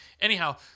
Anyhow